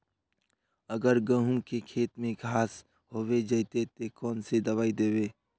अगर गहुम के खेत में घांस होबे जयते ते कौन दबाई दबे?